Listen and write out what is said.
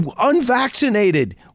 unvaccinated